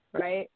right